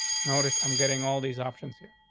noticed. i'm getting all these options here.